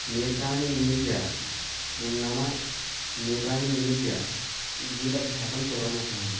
नेत्राणि निमील्य नम नेत्राणि निमील्य गीतभ्यासं कुर्वन्नभवम्